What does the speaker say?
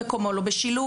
מקומו לא בשילוב,